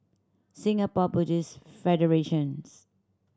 Singapore Buddhist Federations